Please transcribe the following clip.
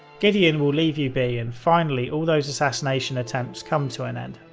gideon will leave you be and finally all those assassination attempts come to an end.